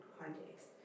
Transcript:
context